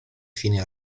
fine